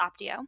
Optio